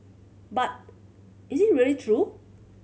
but is it really true